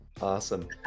Awesome